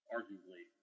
Arguably